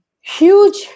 huge